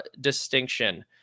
distinction